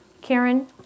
Karen